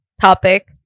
topic